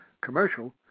commercial